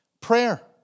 Prayer